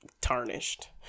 tarnished